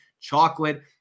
chocolate